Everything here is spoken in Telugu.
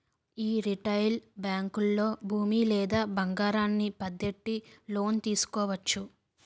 యీ రిటైలు బేంకుల్లో భూమి లేదా బంగారాన్ని పద్దెట్టి లోను తీసుకోవచ్చు